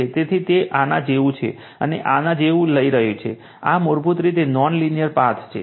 તેથી તે આના જેવું છે તે આના જેવું લઈ રહ્યું છે આ મૂળભૂત રીતે નોન લીનિયર પાથ છે